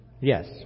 Yes